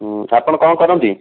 ଆପଣ କ'ଣ କରନ୍ତି